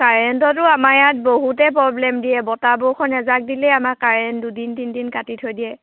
কাৰেণ্টতো আমাৰ ইয়াত বহুতে প্ৰব্লেম দিয়ে বতাহ বৰষুণ এজাক দিলেই আমাৰ কাৰেণ্ট দুদিন তিনি দিন কাটি থৈ দিয়ে